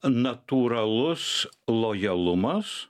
natūralus lojalumas